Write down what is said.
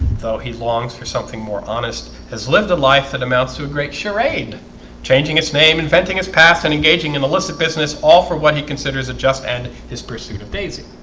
though he longs for something more honest has lived a life that amounts to a great charade changing its name inventing his past and engaging in the list of business all for what he considers a just end his pursuit of daisy